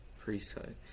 priesthood